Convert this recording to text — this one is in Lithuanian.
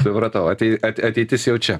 supratau atei ateitis jau čia